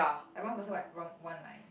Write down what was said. like one person like wrong one line